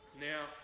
Now